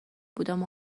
بودم